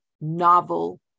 novel